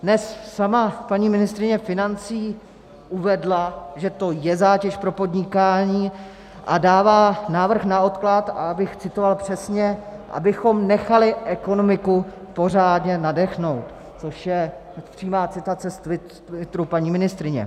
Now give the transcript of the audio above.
Dnes sama paní ministryně financí uvedla, že to je zátěž pro podnikání, a dává návrh na odklad, a abych citoval přesně: abychom nechali ekonomiku pořádně nadechnout, což je přímá citace z twitteru paní ministryně.